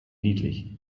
niedlich